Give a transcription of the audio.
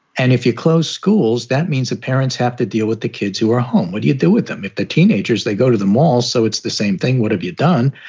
and if you close schools, that means that parents have to deal with the kids who are home. what do you do with them if the teenagers, they go to the mall? so it's the same thing. what have you done?